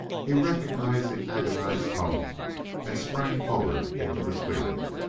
he recognized the agonized tone and sprang forward into the clearing.